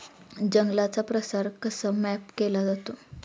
जंगलांचा प्रसार कसा मॅप केला जातो?